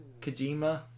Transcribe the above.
Kojima